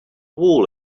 wool